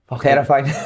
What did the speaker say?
Terrifying